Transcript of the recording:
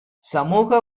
சமூக